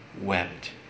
wept